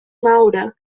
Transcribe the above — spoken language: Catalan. maura